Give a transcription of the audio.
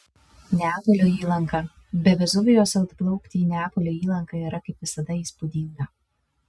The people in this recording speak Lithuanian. neapolio įlanka be vezuvijaus atplaukti į neapolio įlanką yra kaip visada įspūdinga